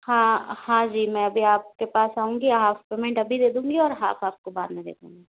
हाँ हाँ जी मैं भी आपके पास आऊँगी हाफ पेमेंट अभी दे दूँगी और हाफ आपको बाद में दूँगी